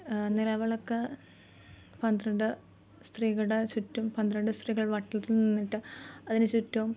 നിലവിളക്ക് പന്ത്രണ്ട് സ്ത്രീകളുടെ ചുറ്റും പന്ത്രണ്ട് സ്ത്രീകൾ വട്ടത്തിൽ നിന്നിട്ട് അതിന് ചുറ്റും